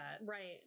Right